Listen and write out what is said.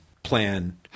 Plan